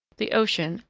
the ocean,